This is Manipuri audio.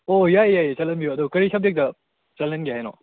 ꯑꯣ ꯌꯥꯏ ꯌꯥꯏ ꯆꯜꯍꯟꯕꯤꯌꯣ ꯑꯗꯣ ꯀꯔꯤ ꯁꯕꯖꯦꯛꯇ ꯆꯜꯍꯟꯒꯦ ꯍꯥꯏꯅꯣ